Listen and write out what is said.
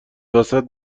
وسط